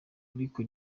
ariko